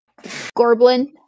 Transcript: Gorblin